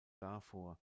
davor